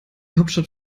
hauptstadt